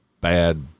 bad